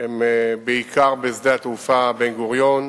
הן בעיקר בשדה התעופה בן-גוריון,